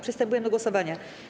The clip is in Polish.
Przystępujemy do głosowania.